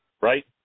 right